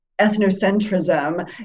ethnocentrism